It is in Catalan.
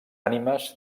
ànimes